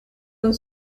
und